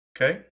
Okay